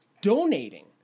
donating